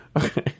Okay